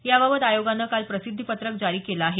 याबाबत आयोगानं काल प्रसिध्दीपत्रक जारी केलं आहे